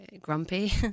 grumpy